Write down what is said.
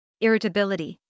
Irritability